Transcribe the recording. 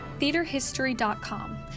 theaterhistory.com